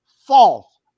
false